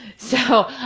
so,